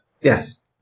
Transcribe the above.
Yes